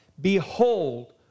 Behold